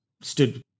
stood